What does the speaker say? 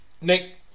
Nick